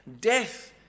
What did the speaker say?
death